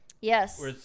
yes